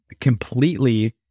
completely